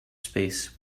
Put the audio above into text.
space